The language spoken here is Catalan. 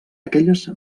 aquelles